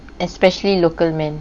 especially local men